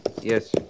Yes